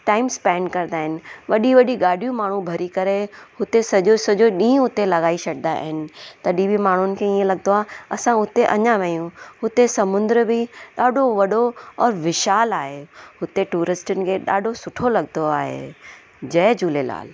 time spend कंदा आहिनि वॾी वॾी गाॾियूं माण्हू भरी करे हुते सॼो सॼो ॾींहुं हुते लॻाई छॾींदा आहिनि तॾहिं बि माण्हुनि खे हीअं लॻंदो आहे असां हुते अञां वेइयूं हुते समुंद्र बि ॾाढो वॾो और विशाल आहे हुते टूरिस्टनि खे ॾाढो सुठो लॻंदो आहे जय झूलेलाल